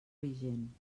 vigent